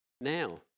Now